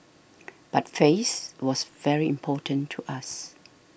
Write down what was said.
but face was very important to us